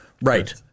right